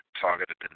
targeted